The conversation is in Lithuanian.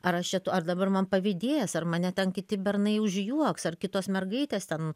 ar aš čia dabar man pavydės ar mane ten kiti bernai užjuoks ar kitos mergaitės ten